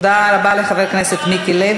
כל הכבוד.